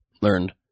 Learned